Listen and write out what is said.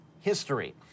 history